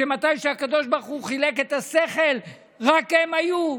שמתי שהקדוש ברוך הוא חילק את השכל רק הם היו?